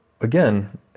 again